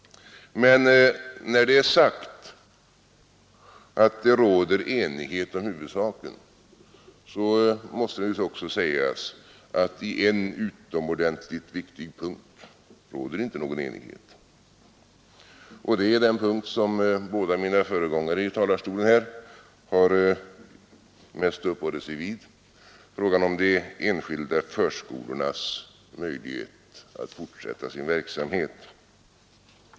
När det är sagt att det råder enighet om huvudsaken, måste det naturligtvis också sägas att på en utomordentligt viktig punkt råder inte någon enighet. Det är den punkt som båda mina föregångare här i talarstolen mest uppehållit sig vid, nämligen frågan om de enskilda förskolornas möjlighet att fortsätta sin verksamhet.